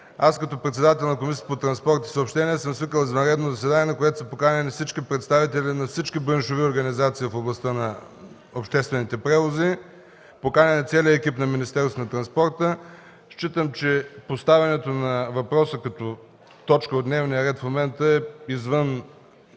ч. като председател на Комисията по транспорт и съобщения съм свикал извънредно заседание, на което са поканени всички представители на всички браншови организации в областта на обществените превози, поканен е целият екип на Министерството на транспорта. Считам, че поставянето на въпроса като точка от дневния ред в момента е извън